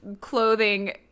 clothing